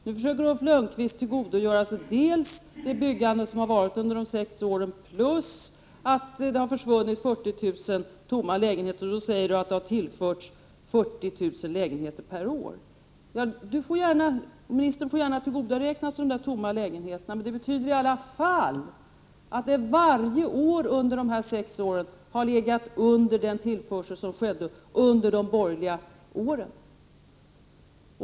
Nu försöker Ulf Lönnqvist att tillgodoräkna sig dels det byggande som ägt rum under de sex åren, dels de 40 000 tomma lägenheter som försvunnit och säger att det tillförts 40 000 lägenheter per år. Ministern får gärna tillgodoräkna sig de tomma lägenheterna. Det betyder i varje fall att man varje år under dessa sex år har legat under den tillförsel som skedde under de borgerliga åren.